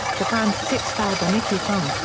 the band's sixth album icky thump,